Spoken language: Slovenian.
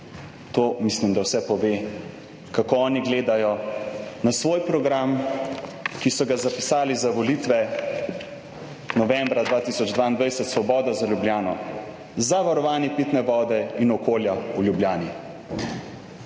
to mislim, da vse pove kako oni gledajo na svoj program, ki so ga zapisali za volitve novembra 2022: »Svoboda za Ljubljano, za varovanje pitne vode in okolja v Ljubljani.«